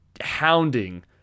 hounding